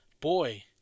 Boy